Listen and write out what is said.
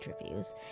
interviews